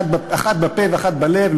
אחד בפה ואחד בלב.